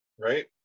right